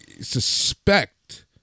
suspect